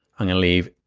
and you'll leave